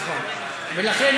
לכן,